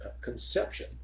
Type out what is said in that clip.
conception